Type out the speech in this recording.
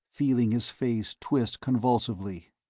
feeling his face twist convulsively.